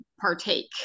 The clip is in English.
partake